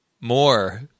more